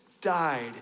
died